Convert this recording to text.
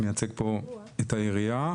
אני מייצג פה את העירייה.